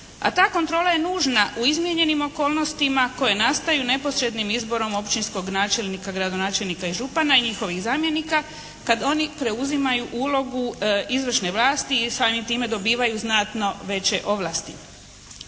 a ta kontrola je nužna u izmijenjenim okolnostima koje nastaju neposrednim izborom općinskog načelnika, gradonačelnika i župana i njihovih zamjenika kad oni preuzimaju ulogu izvršne vlasti i samim time dobivaju znatno veće ovlasti.